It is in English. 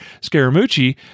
Scaramucci